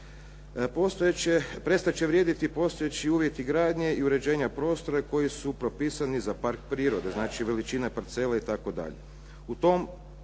Prestati će vrijediti postojeći uvjeti gradnje i uređenja prostora koji su propisani za park prirode, znači veličina parcele i